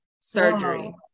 Surgery